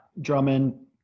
Drummond